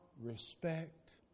respect